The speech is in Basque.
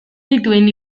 dituen